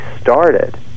started